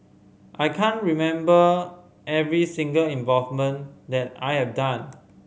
I can't remember every single involvement that I have done